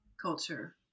culture